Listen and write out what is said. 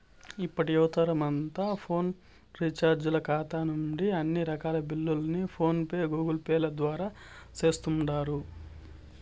ఇప్పటి యువతరమంతా ఫోను రీచార్జీల కాతా నుంచి అన్ని రకాల బిల్లుల్ని ఫోన్ పే, గూగుల్పేల ద్వారా సేస్తుండారు